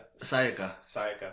Sayaka